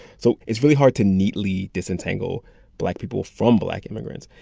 so it's really hard to neatly disentangle black people from black immigrants.